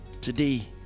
today